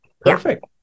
perfect